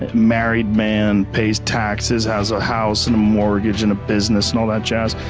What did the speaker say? married man, pays taxes, has a house and a mortgage and a business, and all that jazz,